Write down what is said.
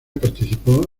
participó